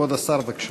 כבוד השר, בבקשה.